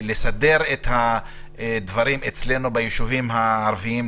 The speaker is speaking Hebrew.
לסדר את הדברים אצלנו בישובים הערביים.